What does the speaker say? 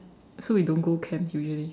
so we don't go camps usually